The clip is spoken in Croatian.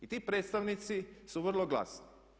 I ti predstavnici su vrlo glasni.